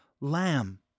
lamb